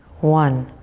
one,